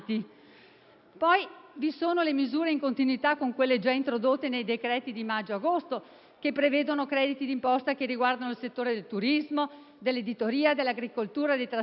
sono poi le misure in continuità con quelle già introdotte con i decreti di maggio e di agosto, che prevedono crediti di imposta che riguardano il settore del turismo, dell'editoria, dell'agricoltura e dei trasporti.